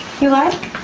you like?